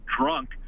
drunk